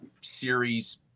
series